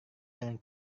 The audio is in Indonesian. dengan